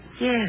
Yes